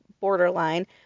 borderline